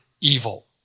evil